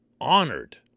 honored